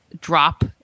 drop